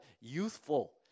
youthful